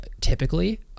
typically